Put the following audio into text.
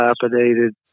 dilapidated